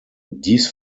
dies